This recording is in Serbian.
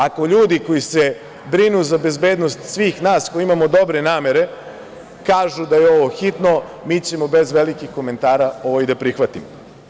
Ako ljudi koji se brinu za bezbednost svih nas koji imamo dobre namere kažu da je ovo hitno, mi ćemo bez velikih komentara ovo i da prihvatimo.